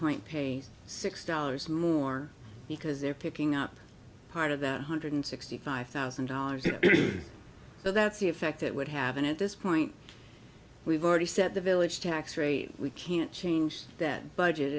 point pay six dollars more because they're picking up part of that hundred sixty five thousand dollars but that's the effect it would have been at this point we've already said the village tax rate we can't change that budget